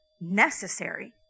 necessary